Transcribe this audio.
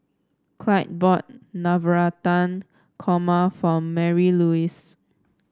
Clyde bought Navratan Korma for Marylouise